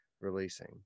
releasing